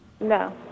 No